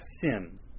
sin